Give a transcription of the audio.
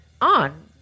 on